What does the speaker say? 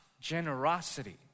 generosity